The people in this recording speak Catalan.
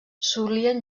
solien